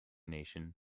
nation